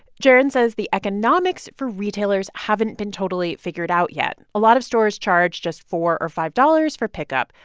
jaron says the economics for retailers haven't been totally figured out yet. a lot of stores charge just four or five dollars for pickup.